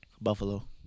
Buffalo